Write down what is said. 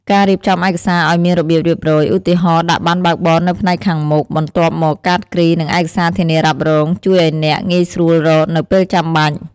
ការរៀបចំឯកសារឲ្យមានរបៀបរៀបរយ ឧទាហរណ៍ ដាក់ប័ណ្ណបើកបរនៅផ្នែកខាងមុខ បន្ទាប់មកកាតគ្រី និងឯកសារធានារ៉ាប់រង ជួយឲ្យអ្នក ងាយស្រួលរកនៅពេលចាំបាច់។